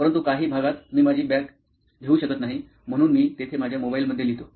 परंतु काही भागात मी माझी बॅग घेऊ शकत नाही म्हणून मी तेथे माझ्या मोबाइलमध्ये लिहितो